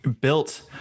built